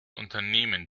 unternehmen